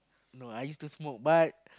no I used to smoke but